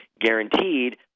guaranteed